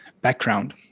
background